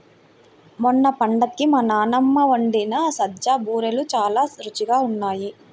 మొన్న పండక్కి మా నాన్నమ్మ వండిన సజ్జ బూరెలు చాలా రుచిగా ఉన్నాయి